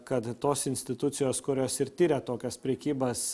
kad tos institucijos kurios ir tiria tokias prekybas